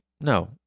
No